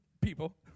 people